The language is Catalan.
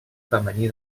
femení